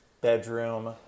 bedroom